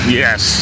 yes